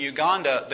Uganda